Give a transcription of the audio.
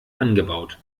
angebaut